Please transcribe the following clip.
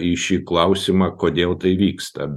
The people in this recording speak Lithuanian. į šį klausimą kodėl tai vyksta